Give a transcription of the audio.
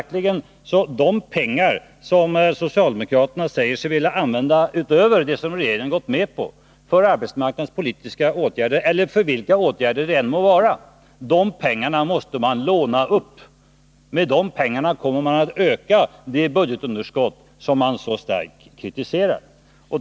De pengar som socialdemokraterna säger sig vilja använda utöver dem som regeringen gått med på för arbetsmarknadspolitiska åtgärder eller för vilka åtgärder det än må vara, måste man följaktligen låna upp. Med de pengarna kommer man att öka det budgetunderskott som man så starkt kritiserar.